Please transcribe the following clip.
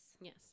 Yes